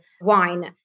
wine